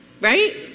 right